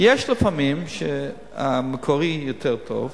יש לפעמים שהמקורי יותר טוב,